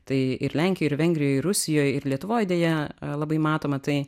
tai ir lenkijoj ir vengrijoj ir rusijoj ir lietuvoj deja labai matoma tai